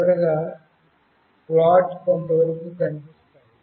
చివరగా ప్లాట్లు కొంతవరకు కనిపిస్తాయి